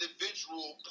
individual